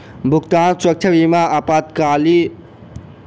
भुगतान सुरक्षा बीमा आपातकाल में छोट अवधिक लेल ऋण भुगतान में काज अबैत अछि